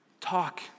Talk